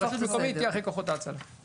רשות מקומית תהיה אחרי כוחות ההצלה.